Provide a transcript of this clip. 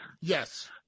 Yes